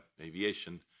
aviation